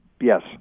Yes